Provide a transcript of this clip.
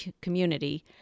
community